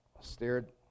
stared